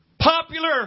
popular